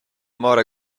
mare